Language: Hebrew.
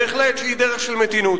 בהחלט, שהיא דרך של מתינות.